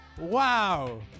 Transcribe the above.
Wow